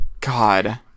God